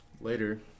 later